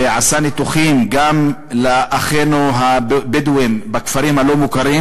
הוא עשה ניתוחים גם לאחינו הבדואים בכפרים הלא-מוכרים.